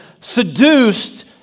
seduced